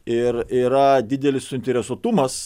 ir yra didelis suinteresuotumas